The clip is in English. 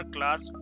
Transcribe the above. Class